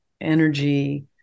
energy